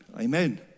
Amen